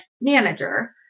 manager